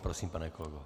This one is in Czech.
Prosím, pane kolego.